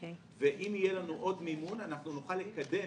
יהיה לנו עוד מימון אנחנו נוכל לקדם